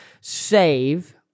save